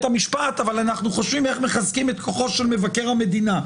המשפט אבל אנחנו חושבים איך מחזקים את כוחו של מבקר המדינה.